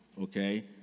okay